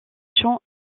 champs